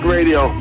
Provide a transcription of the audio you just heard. Radio